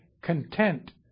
content